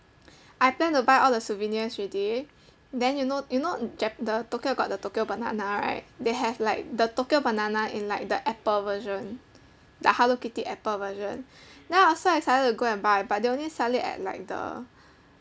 I plan to buy all the souvenirs already then you know you know jap~ the tokyo got the tokyo banana right they have like the tokyo banana in like the apple version the hello kitty apple version then I was so excited to go and buy but they only sell it like at the